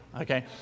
okay